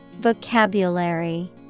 Vocabulary